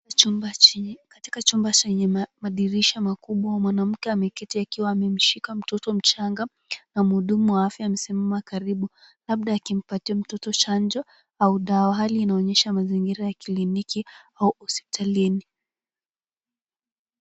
Katika chumba chenye madirisha makubwa, mwanamke ameketi akiwa amemshika mtoto mchanga na mhudumu wa afya amesimama karibu, labda akimpatia mtoto chanjo au dawa. Hali inaonyesha mazingira ya kliniki au hospitalini.